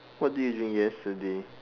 what did you drink yesterday